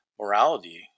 morality